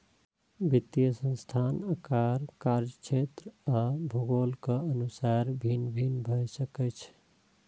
वित्तीय संस्थान आकार, कार्यक्षेत्र आ भूगोलक अनुसार भिन्न भिन्न भए सकै छै